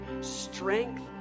strength